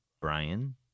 Brian